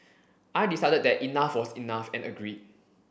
I decided that enough was enough and agreed